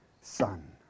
son